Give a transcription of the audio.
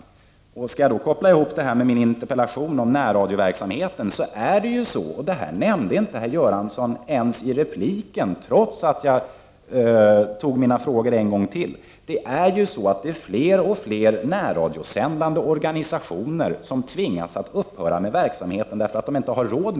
Men om detta skall kopplas ihop med min interpellation om närradioverksamheten så kan man här påpeka att fler och fler närradiosändande organisationer tvingas upphöra med verksamheten, eftersom de inte har råd.